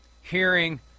hearing